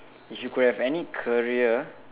if you could have any career